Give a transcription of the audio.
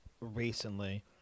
recently